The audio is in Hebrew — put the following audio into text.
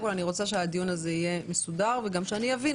אני רוצה שהדיון הזה יהיה מסודר ושאני אבין.